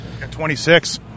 26